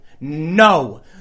No